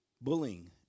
Bullying